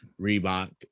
Reebok